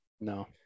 No